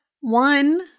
one